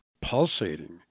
pulsating